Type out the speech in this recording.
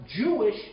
Jewish